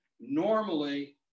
normally